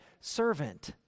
servant